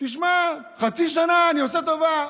תשמע, חצי שנה, אני עושה טובה.